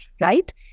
right